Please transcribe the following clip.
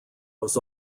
was